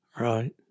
Right